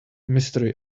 mystery